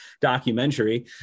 documentary